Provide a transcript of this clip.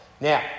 Now